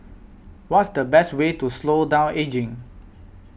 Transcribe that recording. what's the best way to slow down ageing